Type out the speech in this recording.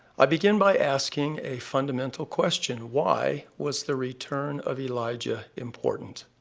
i begin by asking a fundamental question why was the return of elijah important?